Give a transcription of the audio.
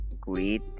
great